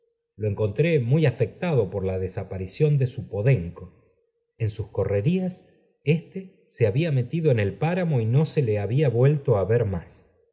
lo encontré muy afectado por la desaparición de su podenco en sus correrías éste se había metido en el páramo y no se le había vuelto á ver más